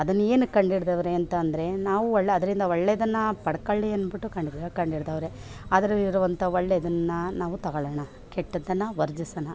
ಅದನ್ನ ಏನಕ್ಕೆ ಕಂಡು ಹಿಡಿದವ್ರೆ ಅಂತ ಅಂದ್ರೆ ನಾವು ಒಳ್ಳೆ ಅದರಿಂದ ಒಳ್ಳೇದನ್ನು ಪಡ್ಕೊಳ್ಳಿ ಅಂದ್ಬಿಟ್ಟು ಕಂಡು ಕಂಡು ಹಿಡಿದವ್ರೆ ಅದರಲ್ಲಿ ಇರುವಂಥ ಒಳ್ಳೇದನ್ನು ನಾವು ತಗೊಳ್ಳೋಣ ಕೆಟ್ಟದ್ದನ್ನ ವರ್ಜಿಸೋಣ